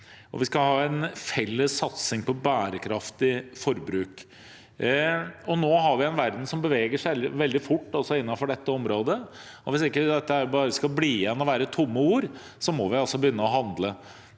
Vi skal ha en felles satsing på bærekraftig forbruk. Nå har vi en verden som beveger seg veldig fort også innenfor dette området, og hvis dette ikke bare skal stå igjen som tomme ord, må vi altså begynne å handle.